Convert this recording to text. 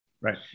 Right